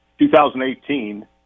2018